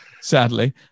sadly